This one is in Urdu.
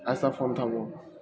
ایسا فون تھا وہو